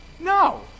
No